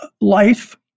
life